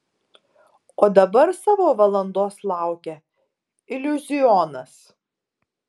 o dabar savo valandos laukia iliuzionas